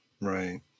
Right